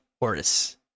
Horus